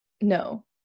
No